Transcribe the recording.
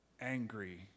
angry